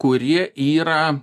kurie yra